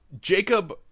Jacob